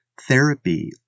therapy